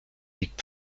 liegt